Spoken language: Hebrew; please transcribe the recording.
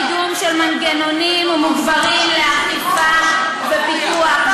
ולפעול לקידום של מנגנונים מוגברים לאכיפה ופיקוח.